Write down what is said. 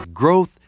Growth